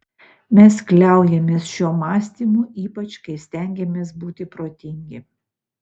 mes kliaujamės šiuo mąstymu ypač kai stengiamės būti protingi